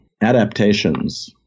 adaptations